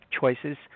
choices